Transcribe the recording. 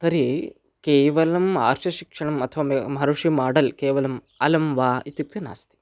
तर्हि केवलम् आर्षशिक्षणम् अथवा महर्षि माडल् केवलम् अलं वा इत्युक्ते नास्ति